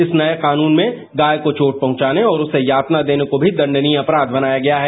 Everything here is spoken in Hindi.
इस नये कानून में गाय को चोट पहुंचाने और उसे यातना देने को भी दंडनीय अपराध बनाया गया है